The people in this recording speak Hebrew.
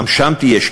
גם שם תהיה שקיפות.